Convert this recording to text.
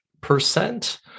percent